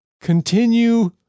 continue